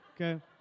Okay